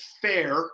fair